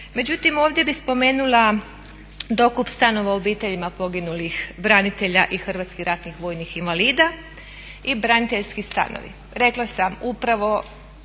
Međutim, ovdje bih spomenula dokup stanova obiteljima poginulih branitelja i HRVI-a i braniteljski stanovi. Rekla sam upravo